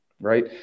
right